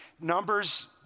Numbers